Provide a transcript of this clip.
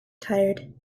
tired